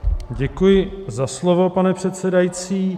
Děkuji za slovo, pane předsedající.